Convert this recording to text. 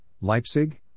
Leipzig